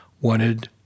wanted